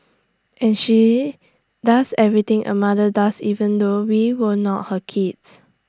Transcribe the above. and she does everything A mother does even though we were not her kids